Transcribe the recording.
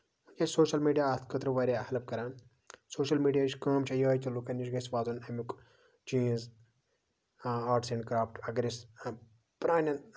وٕنکیٚس چھُ social media اَتھ خٲطرٕ واریاہ ہٮ۪لٔپ کران سوشَل میٖڈیاہٕچۍ کٲم چھےٚ یِہوے کہِ لُکَن نِش گژھِ واتُن اَمیُک چیٖز ہاں آرٹٔس اینڈ کرافٹٔس اَگر أسۍ پرانٮ۪ن